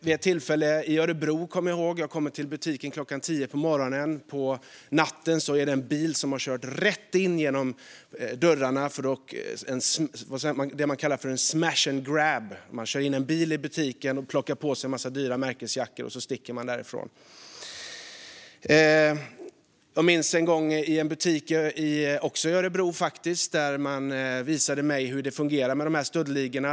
Vid ett tillfälle kom jag till en butik i Örebro klockan 10 på morgonen. På natten har en bil kört rätt in genom dörrarna till butiken, det som kallas smash and grab, och man har plockat på sig en mängd dyra märkesjackor och sedan stuckit därifrån. I en annan butik, också i Örebro, visade man mig hur det fungerar med stöldligorna.